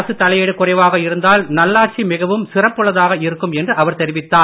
அரசுத் தலையீடு குறைவாக இருந்தால் நல்லாட்சி மிகவும் சிறப்புள்ளதாக இருக்கும் என்று அவர் தெரிவித்தார்